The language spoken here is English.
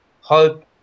hope